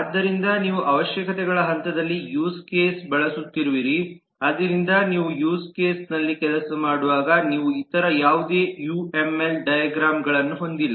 ಆದ್ದರಿಂದ ನೀವು ಅವಶ್ಯಕತೆಗಳ ಹಂತದಲ್ಲಿ ಯೂಸ್ ಕೇಸ್ ಬಳಸುತ್ತಿರುವಿರಿ ಆದ್ದರಿಂದ ನೀವು ಯೂಸ್ ಕೇಸನಲ್ಲಿ ಕೆಲಸ ಮಾಡುವಾಗ ನೀವು ಇತರ ಯಾವುದೇ ಯುಎಂಎಲ್ ಡೈಗ್ರಾಮ್ಗಳನ್ನು ಹೊಂದಿಲ್ಲ